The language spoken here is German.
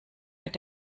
mit